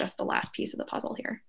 just the last piece of the puzzle here